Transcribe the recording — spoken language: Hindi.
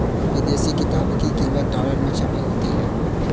विदेशी किताबों की कीमत डॉलर में छपी होती है